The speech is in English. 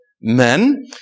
men